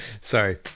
Sorry